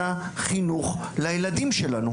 חינוך לילדים שלנו.